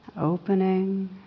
Opening